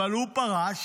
אבל הוא פרש,